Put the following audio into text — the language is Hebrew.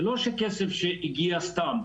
זה לא כסף שהגיע סתם,